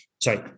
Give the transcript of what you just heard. sorry